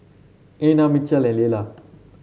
Einar Mitchel Lella